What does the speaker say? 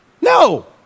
No